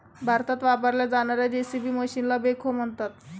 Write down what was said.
भारतात वापरल्या जाणार्या जे.सी.बी मशीनला बेखो म्हणतात